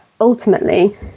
ultimately